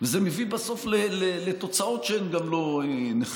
זה מביא בסוף לתוצאות שהן גם לא נכונות.